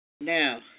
Now